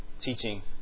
teaching